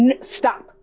stop